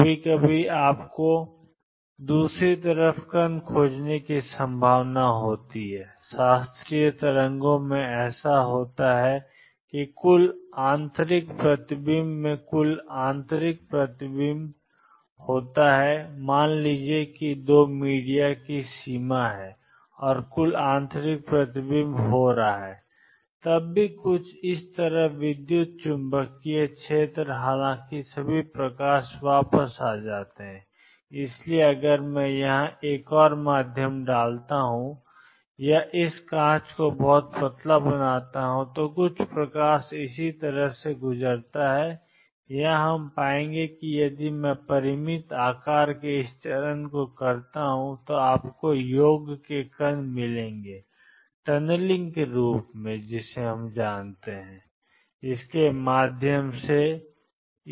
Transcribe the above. कभी कभी आपको दूसरी तरफ कण खोजने की संभावना होती है शास्त्रीय तरंगों में ऐसा होता है कुल आंतरिक प्रतिबिंब में कुल आंतरिक प्रतिबिंब में मान लीजिए कि 2 मीडिया की सीमा है और कुल आंतरिक प्रतिबिंब हो रहा है तब भी कुछ है इस तरफ विद्युत चुम्बकीय क्षेत्र हालांकि सभी प्रकाश वापस जा रहे हैं और इसलिए अगर मैं यहां एक और माध्यम डालता हूं या इस कांच को बहुत पतला बनाता हूं तो कुछ प्रकाश इसी तरह से गुजरता है यहां हम पाएंगे कि यदि मैं परिमित आकार के इस चरण को करता हूं तो आपको योग के कण मिलेंगे टनलिंग के रूप में जाना जाता है के माध्यम से जाना